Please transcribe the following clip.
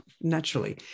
naturally